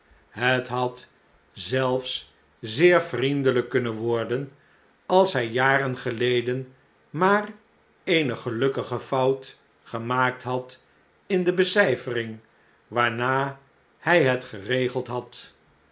het had zelfs zeer vriendelijk kunnen worden als hij jaren geleden maar eene gelukkige fout gemaakt had in de becijfering waarnaar hij het geregeld had